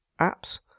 apps